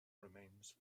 remains